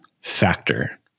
factor